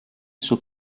suo